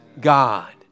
God